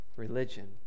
Religion